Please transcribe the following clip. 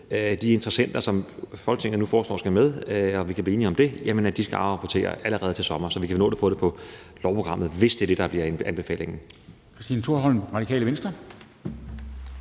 de interessenter, som Folketinget nu foreslår skal med, og som jeg håber vi kan blive enige om. Og de skal afrapportere allerede til sommer, så vi kan nå at få det på lovprogrammet, hvis det er det, der bliver anbefalingen.